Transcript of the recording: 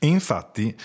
Infatti